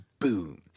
Boom